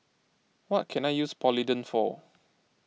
what can I use Polident for